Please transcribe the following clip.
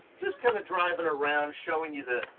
just kind of driving around, showing you the.